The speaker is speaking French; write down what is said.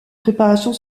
préparation